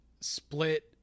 Split